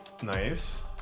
Nice